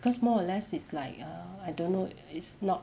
cause more or less it's like err I don't know it's not